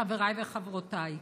חבריי וחברותיי,